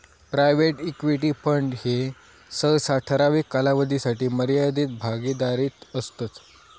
private equity fund ह्ये सहसा ठराविक कालावधीसाठी मर्यादित भागीदारीत असतत